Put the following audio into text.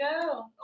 go